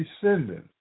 descendants